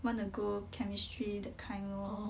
want to chemistry that kind lor